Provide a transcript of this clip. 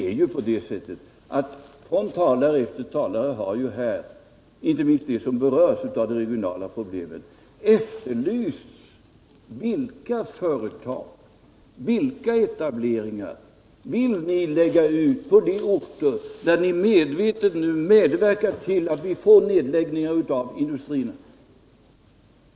Talare efter talare, inte minst de som berörs av de regionala problemen, har ju gjort en efterlysning och frågat vilka företag och vilka etableringar ni vill lägga ut på de orter där ni nu medvetet medverkar till nedläggning av industrier.